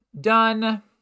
Done